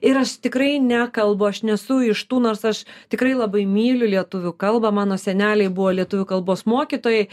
ir aš tikrai nekalbu aš nesu iš tų nors aš tikrai labai myliu lietuvių kalbą mano seneliai buvo lietuvių kalbos mokytojai